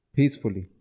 Peacefully